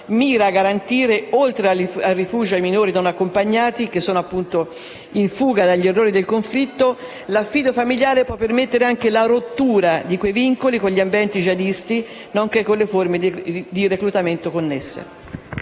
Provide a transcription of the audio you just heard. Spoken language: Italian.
oltre a garantire il rifugio ai minori non accompagnati e che sono in fuga dagli orrori del conflitto, anche a permettere la rottura di quei vincoli con gli ambienti jihadisti, nonché con le forme di reclutamento connesse.